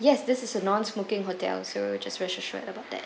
yes this is a non smoking hotel so just rest assured about that